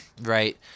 right